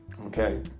okay